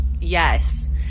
Yes